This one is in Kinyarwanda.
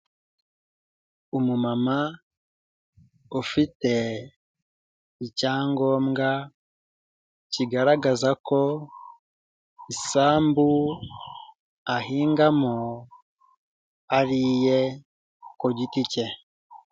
Umumama ufite icyangombwa, kigaragaza ko isambu ahingamo ari iye ku giti ke.